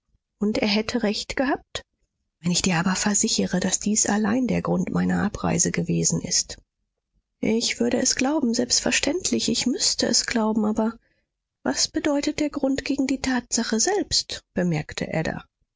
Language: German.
und er hätte recht gehabt wenn ich dir aber versichere daß dies allein der grund meiner abreise gewesen ist ich würde es glauben selbstverständlich ich müßte es glauben aber was bedeutet der grund gegen die tatsache selbst bemerkte ada